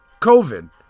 COVID